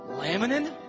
laminin